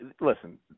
listen